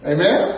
Amen